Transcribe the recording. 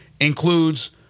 includes